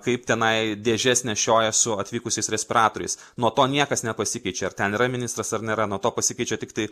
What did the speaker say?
kaip tenai dėžes nešioja su atvykusiais respiratoriais nuo to niekas nepasikeičia ar ten yra ministras ar nėra nuo to pasikeičia tiktai